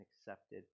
accepted